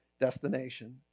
destination